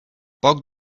poc